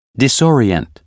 Disorient